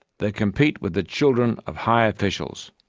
they compete with the children of high officials.